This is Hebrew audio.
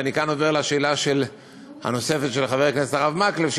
וכאן אני עובר לשאלה הנוספת של חבר הכנסת הרב מקלב,